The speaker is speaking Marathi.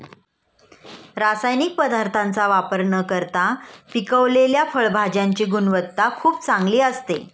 रासायनिक पदार्थांचा वापर न करता पिकवलेल्या फळभाज्यांची गुणवत्ता खूप चांगली असते